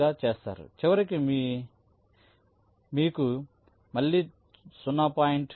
95 గా చేస్తారుచివరికి మీరు మళ్ళీ 0